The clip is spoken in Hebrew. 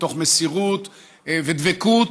מתוך מסירות ודבקות,